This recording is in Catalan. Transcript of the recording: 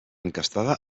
encastada